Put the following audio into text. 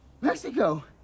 Mexico